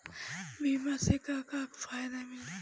बीमा से का का फायदा मिली?